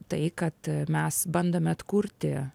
tai kad mes bandome atkurti